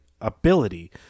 ability